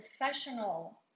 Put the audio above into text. professional